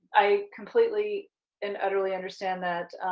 i completely and utterly understand that.